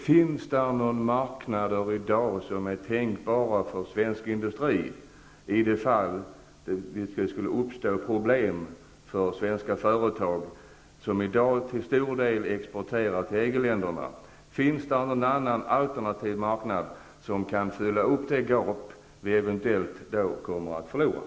Finns det i dag någon annan marknad som är tänkbar för svensk industri, i det fall det skulle uppstå problem för svenska företag som i dag till stor del exporterar till EG-länderna? Finns det någon annan, alternativ marknad som kan fylla ut det gap som i så fall eventuellt kommer att uppstå?